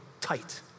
tight